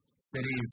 cities